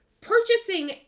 purchasing